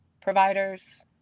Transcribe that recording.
providers